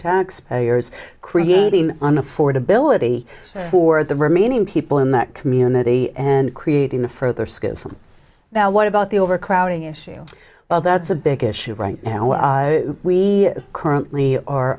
taxpayers creating an affordability for the remaining people in that community and creating a further schism now what about the overcrowding issue well that's a big issue right now we currently are